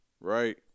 Right